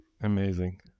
Amazing